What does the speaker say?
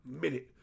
minute